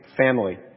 family